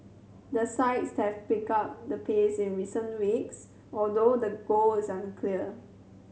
the sides have picked up the pace in recent weeks although the goal is unclear